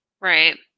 Right